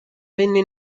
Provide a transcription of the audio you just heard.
venne